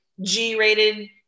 g-rated